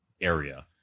area